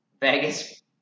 Vegas